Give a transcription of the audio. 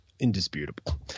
indisputable